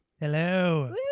Hello